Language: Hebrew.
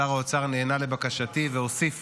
שר האוצר נענה לבקשתי והוסיף